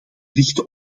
richten